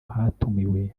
hatumiwe